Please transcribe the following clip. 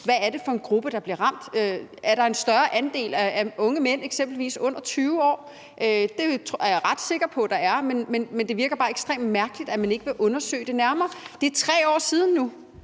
hvad det er for en gruppe, der bliver ramt. Er der en større andel af eksempelvis unge mænd under 20 år? Det er jeg ret sikker på der er, men det virker bare ekstremt mærkeligt, at man ikke vil undersøge det nærmere. Det er 3 år siden nu.